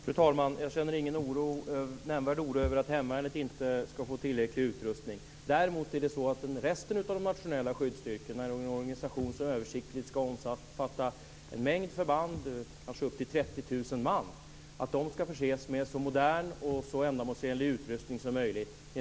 Fru talman! Jag känner ingen nämnvärd oro över att hemvärnet inte ska få tillräcklig utrustning. Däremot ligger det mig som försvarare av det riksdagsbeslut som fattades den 30 mars 2000 mycket varmt om hjärtat att resten av de nationella skyddsstyrkorna ska förses med så modern och ändamålsenlig utrustning som möjligt.